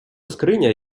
скриня